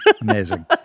Amazing